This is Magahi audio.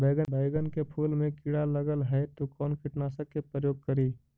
बैगन के फुल मे कीड़ा लगल है तो कौन कीटनाशक के प्रयोग करि?